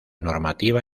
normativa